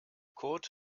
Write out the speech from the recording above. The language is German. kurt